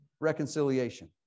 reconciliation